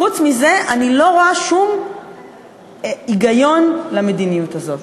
חוץ מזה, אני לא רואה שום היגיון במדיניות הזאת.